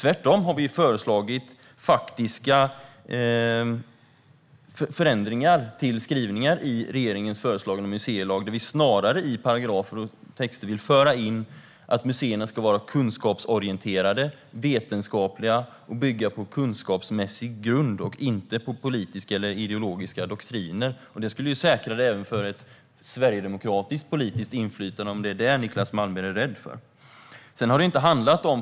Vi har föreslagit faktiska förändringar av skrivningar i regeringens föreslagna museilag, där vi snarare vill föra in i paragrafer och texter att museerna ska vara kunskapsorienterade och vetenskapliga och att de ska bygga på kunskapsmässig grund - inte på politiska eller ideologiska doktriner. Det skulle säkra museerna även mot ett sverigedemokratiskt politiskt inflytande, om det är detta Niclas Malmberg är rädd för.